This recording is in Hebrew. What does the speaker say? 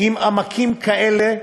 עם עמקים כאלה,